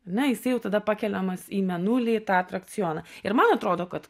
na jisai jau tada pakeliamas į mėnulį į tą atrakcioną ir man atrodo kad